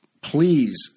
please